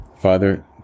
Father